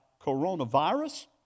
coronavirus